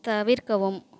தவிர்க்கவும்